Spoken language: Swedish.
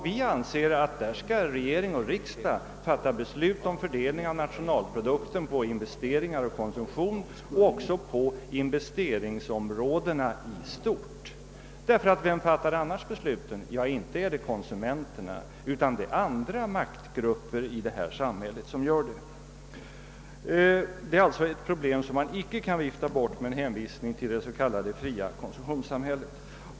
Vi anser att regering och riksdag skall fatta beslut om fördelning av nationalprodukten på investeringar och konsumtion och även på investeringsområdena i stort. Vem fattar annars besluten? Ja, inte är det konsumenterna, utan det är andra maktgrupper i samhället som gör det. Man kan inte vifta bort detta problem med hänvisning till det fria konsumtionssamhället.